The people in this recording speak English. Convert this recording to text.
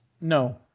No